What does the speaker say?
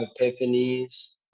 epiphanies